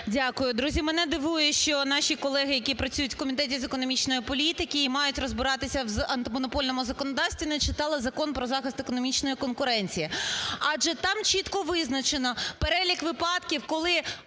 Дякую. Друзі, мене дивує, що наші колеги, які працюють в Комітеті з економічної політики і мають розбиратися в антимонопольному законодавстві, не читали Закон про захист економічної конкуренції. Адже там чітко визначено перелік випадків, коли